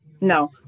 No